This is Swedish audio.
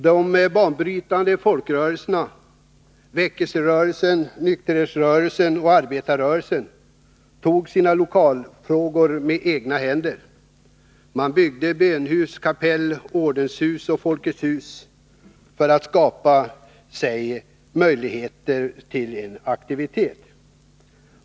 De banbrytande folkrörelserna — väckelserörelsen, nykterhetsrörelsen och arbetarrörelsen — tog saken i egna händer. Man byggde bönehus, kapell, ordenshus och Folkets hus för att skapa förutsättningar för sin verksamhet.